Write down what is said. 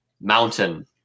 mountain